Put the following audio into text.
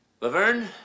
Laverne